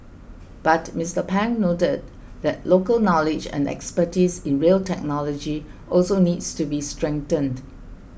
but Mister Pang noted that local knowledge and expertise in rail technology also needs to be strengthened